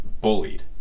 bullied